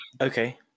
Okay